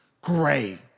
gray